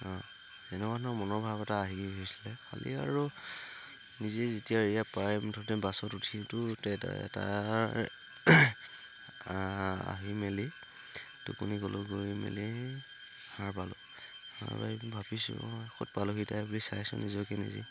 অঁ এনেকুৱা ধৰণৰ মনৰ ভাব এটা খালী আৰু নিজে যেতিয়া এয়া পাই মুঠতে বাছত আহি মেলি টোপনি গ'ল গৈ মেলি সাৰ পালোঁ বুলি চাইছোঁ নিজকে নিজে